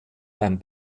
beim